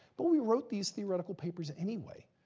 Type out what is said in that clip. but we wrote these theoretical papers anyway,